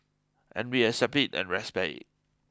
and we accept it and respect it